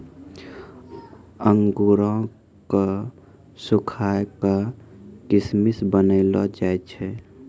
अंगूरो क सुखाय क किशमिश बनैलो जाय छै